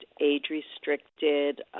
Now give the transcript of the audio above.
age-restricted